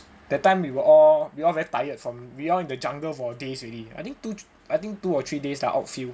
that time we were all we all very tired from we all in the jungle for days already I think I think two or three days lah outfield